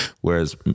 whereas